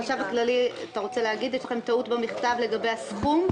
יש לכם טעות במכתב לגבי הסכום?